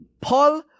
Paul